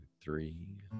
three